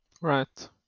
Right